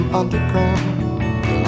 underground